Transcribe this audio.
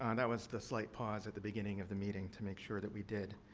um that was the slight pause at the beginning of the meeting to make sure that we did.